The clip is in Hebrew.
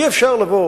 אי-אפשר לבוא